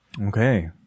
Okay